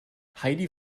heidi